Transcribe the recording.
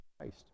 Christ